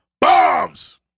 Bombs